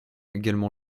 également